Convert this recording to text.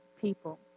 people